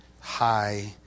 high